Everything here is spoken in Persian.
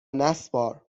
نسپار